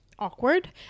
awkward